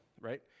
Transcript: right